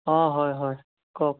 অঁ হয় হয় কওক